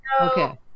Okay